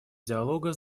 диалога